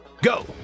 Go